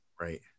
right